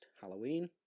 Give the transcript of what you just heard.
Halloween